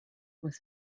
was